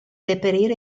reperire